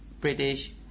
British